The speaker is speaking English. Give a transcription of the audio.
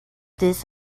this